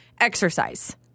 exercise